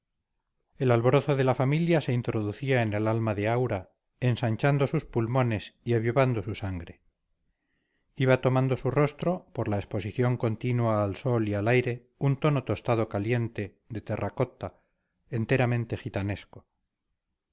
el alborozo de la familia se introducía en el alma de aura ensanchando sus pulmones y avivando su sangre iba tomando su rostro por la exposición continua al sol y al aire un tono tostado caliente de terracotta enteramente gitanesco